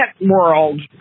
world